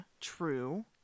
true